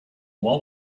wall